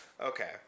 Okay